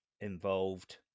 involved